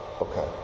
Okay